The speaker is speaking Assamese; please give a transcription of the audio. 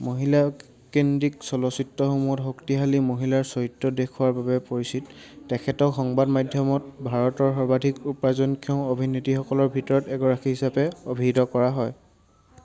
মহিলাকেন্দ্ৰিক চলচিত্ৰসমূহত শক্তিশালী মহিলাৰ চৰিত্ৰ দেখুৱাৰ বাবে পৰিচিত তেখেতক সংবাদ মাধ্যমত ভাৰতৰ সৰ্বাধিক উপাৰ্জনক্ষম অভিনেত্ৰীসকলৰ ভিতৰত এগৰাকী হিচাপে অভিহিত কৰা হয়